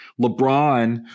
LeBron